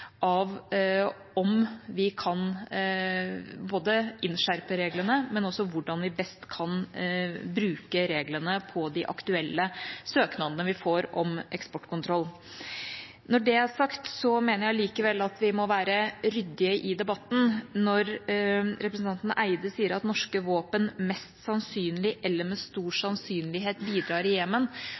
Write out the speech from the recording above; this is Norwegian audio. av om vi kan innskjerpe reglene, men også om hvordan vi best kan bruke reglene på de aktuelle søknadene vi får om eksportkontroll. Når det er sagt, mener jeg likevel at vi må være ryddige i debatten. Representanten Eide sier at norske våpen mest sannsynlig eller med stor sannsynlighet bidrar i